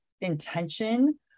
intention